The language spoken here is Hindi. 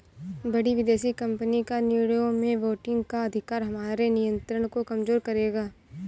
बड़ी विदेशी कंपनी का निर्णयों में वोटिंग का अधिकार हमारे नियंत्रण को कमजोर करेगा